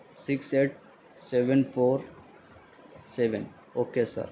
six eight seven four seven okay sir